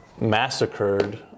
massacred